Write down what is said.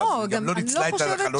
היא לא ניצלה את החלון הזה.